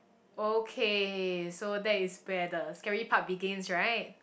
okay so that is where the scary part begins right